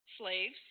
slaves